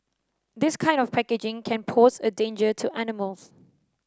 this kind of packaging can pose a danger to animals